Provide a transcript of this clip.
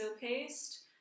paste